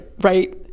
right